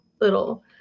little